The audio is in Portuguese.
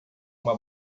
uma